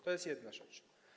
To jest jedna rzecz.